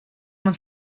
man